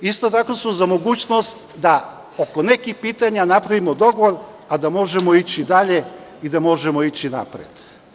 Isto tako smo za mogućnost da oko nekih pitanja napravimo dogovora, a da možemo ići dalje i da možemo ići napred.